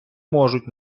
можуть